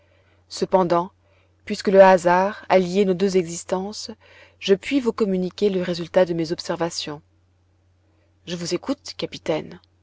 cependant puisque le hasard a lié nos deux existences je puis vous communiquer le résultat de mes observations je vous écoute capitaine